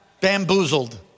bamboozled